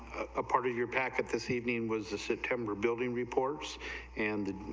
a party your back of this evening was a september building reports and